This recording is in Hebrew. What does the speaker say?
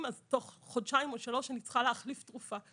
אז תוך חודשיים או שלושה אני צריכה להחליף תרופה.